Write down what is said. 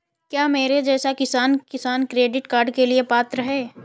क्या मेरे जैसा किसान किसान क्रेडिट कार्ड के लिए पात्र है?